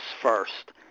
first